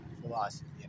philosophy